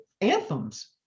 anthems